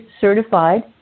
certified